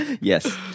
Yes